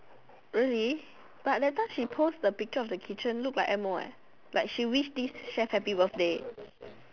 really but that time she post the picture of the kitchen look like M O eh like she wish this chef happy birthday